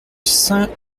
saint